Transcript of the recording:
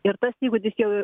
ir tas įgūdis jau